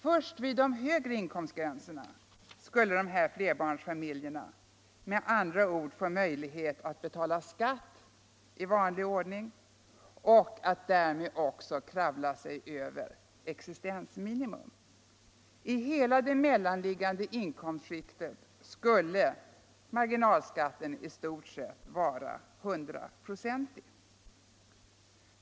Först vid de högre inkomstgränserna skulle dessa flerbarnsfamiljer få möjlighet att betala skatt i vanlig ordning och därmed också kravla sig över existensminimum. I alla de mellanliggande inkomstskikten skulle marginalskatten i stort sett vara hundraprocentig.